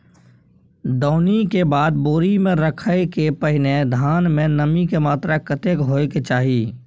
दौनी के बाद बोरी में रखय के पहिने धान में नमी के मात्रा कतेक होय के चाही?